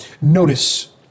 Notice